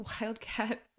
Wildcat